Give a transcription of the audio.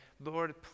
Lord